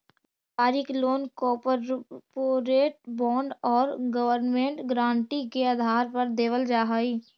व्यापारिक loan corporate bond और government guarantee के आधार पर देवल जा हई